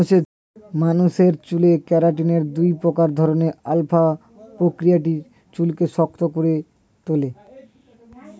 মানুষের চুলে কেরাটিনের দুই প্রকারের মধ্যে আলফা প্রকারটি চুলকে শক্ত করে তোলে